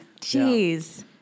Jeez